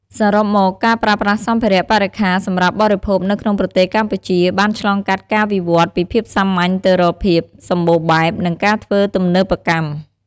សរុបមក ការប្រើប្រាស់សម្ភារៈបរិក្ខារសម្រាប់បរិភោគនៅក្នុងប្រទេសកម្ពុជាបានឆ្លងកាត់ការវិវត្តន៍ពីភាពសាមញ្ញទៅរកភាពសម្បូរបែប និងការធ្វើទំនើបកម្ម។